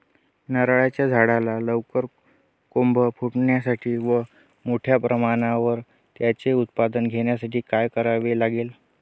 नारळाच्या झाडाला लवकर कोंब फुटण्यासाठी व मोठ्या प्रमाणावर त्याचे उत्पादन घेण्यासाठी काय करावे लागेल?